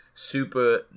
super